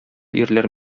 ирләр